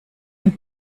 und